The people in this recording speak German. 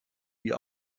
die